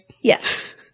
Yes